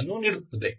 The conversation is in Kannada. ಅನ್ನು ನೀಡುತ್ತದೆ